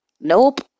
Nope